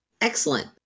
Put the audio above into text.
Excellent